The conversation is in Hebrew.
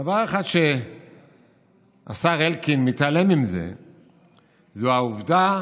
דבר אחד שהשר אלקין מתעלם ממנו זה העובדה